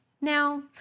Now